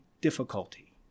difficulty